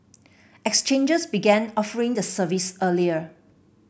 exchanges began offering the service earlier